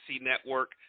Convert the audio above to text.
Network